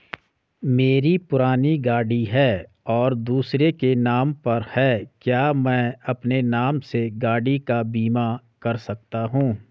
मेरी पुरानी गाड़ी है और दूसरे के नाम पर है क्या मैं अपने नाम से गाड़ी का बीमा कर सकता हूँ?